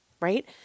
right